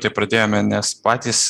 tai pradėjome nes patys